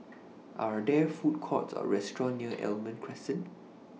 Are There Food Courts Or Restaurant near Almond Crescent